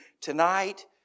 Tonight